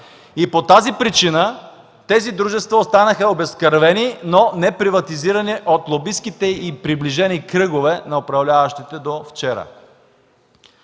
По тази причина тези дружества останаха обезкръвени, но неприватизирани от лобистките и приближени кръгове на управляващите до вчера.